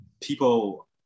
people